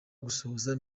gusohoza